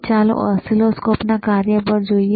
હવે ચાલો ઓસિલોસ્કોપના કાર્ય પર જઈએ